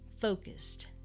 focused